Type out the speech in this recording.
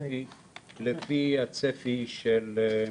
לפי הצפי של כבוד המנכ"ל.